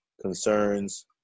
concerns